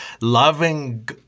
Loving